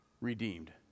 redeemed